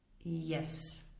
yes